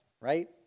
right